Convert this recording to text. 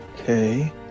okay